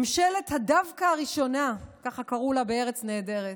ממשלת ה"דווקא" הראשונה, ככה קראו לה בארץ נהדרת.